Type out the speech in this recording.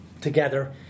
together